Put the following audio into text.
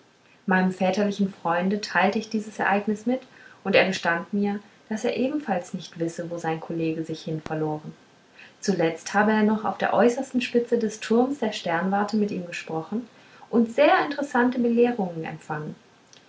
meinem väterlichen freunde teilte ich dieses ereignis mit und er gestand mir daß er ebenfalls nicht wisse wo sein kollege sich hinverloren zuletzt habe er noch auf der äußersten spitze des turms der sternwarte mit ihm gesprochen und sehr interessante belehrungen empfangen